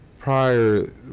prior